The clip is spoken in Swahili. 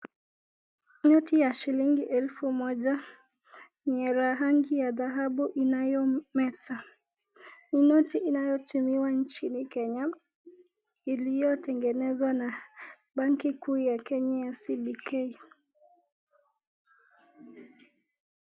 Noti ya shilingi elfu moja yenye rangi ya dhahabu inayometa, ni noti inayotumiwa nchini kenya iliyo tengenezwa na banki kuu ya kenya ya CBK.